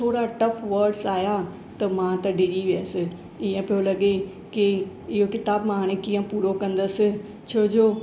थोरा tough words आया त मां त ॾिझी वियसि ईअं पियो लॻे की इहो क़िताबु मां हाणे कीअं पूरो कंदसि छो जो